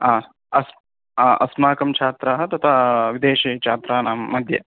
आ अस् अस्माकं छात्राः तथा विदेशीय छात्राणाम्मध्ये